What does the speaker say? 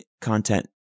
content